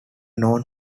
known